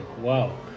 Wow